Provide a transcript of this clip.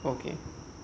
okay